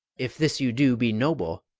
if this you do be noble,